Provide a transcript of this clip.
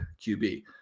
QB